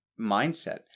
mindset